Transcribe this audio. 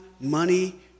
money